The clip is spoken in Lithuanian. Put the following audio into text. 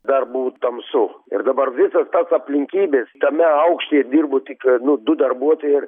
dar buvo tamsu ir dabar visos tos aplinkybės tame aukštyje dirbo tik nu du darbuotojai ir